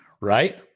Right